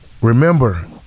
remember